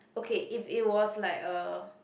okay if it was like a